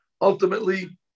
ultimately